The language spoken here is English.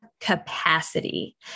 capacity